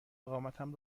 اقامتم